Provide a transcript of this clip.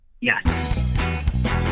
Yes